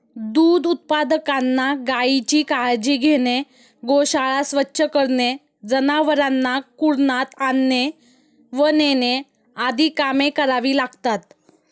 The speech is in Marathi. दूध उत्पादकांना गायीची काळजी घेणे, गोशाळा स्वच्छ करणे, जनावरांना कुरणात आणणे व नेणे आदी कामे करावी लागतात